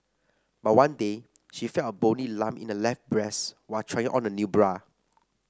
but one day she felt a bony lump in her left breast while trying on a new bra